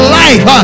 life